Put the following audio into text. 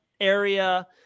area